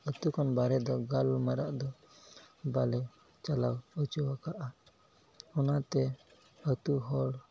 ᱟᱹᱛᱩ ᱠᱷᱚᱱ ᱵᱟᱦᱨᱮ ᱫᱚ ᱜᱟᱞᱢᱟᱨᱟᱜ ᱫᱚ ᱵᱟᱞᱮ ᱪᱟᱞᱟᱣ ᱦᱚᱪᱚᱣᱟᱠᱟᱜᱼᱟ ᱚᱱᱟᱛᱮ ᱟᱹᱛᱩ ᱦᱚᱲ